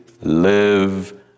live